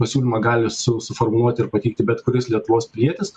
pasiūlymą gali su suformuoti ir pateikti bet kuris lietuvos pilietis